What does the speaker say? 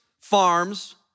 farms